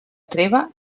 treva